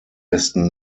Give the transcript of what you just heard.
besten